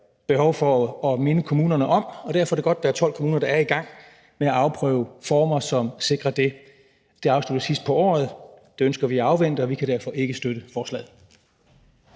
behov for at minde kommunerne om, og derfor er det godt, at der er 12 kommuner, der er i gang med at afprøve former, som sikrer det. Det afsluttes sidst på året, og det ønsker vi at afvente, og vi kan derfor ikke støtte forslaget.